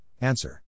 answer